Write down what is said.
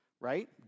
right